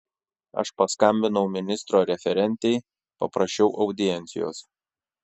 aš paskambinau ministro referentei paprašiau audiencijos